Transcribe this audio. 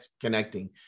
connecting